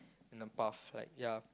in a path like ya